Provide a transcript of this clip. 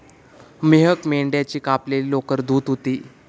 मेहक मेंढ्याची कापलेली लोकर धुत होती